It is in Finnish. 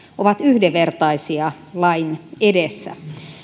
ovat yhdenvertaisia lain edessä